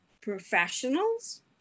professionals